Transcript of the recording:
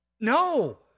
no